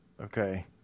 Okay